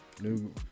New